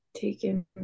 taken